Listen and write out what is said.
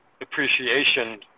appreciation